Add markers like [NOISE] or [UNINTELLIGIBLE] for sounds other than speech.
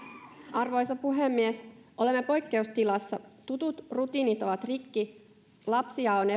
arvoisa puhemies olemme poikkeustilassa tutut rutiinit ovat rikki lapsia on [UNINTELLIGIBLE]